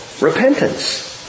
Repentance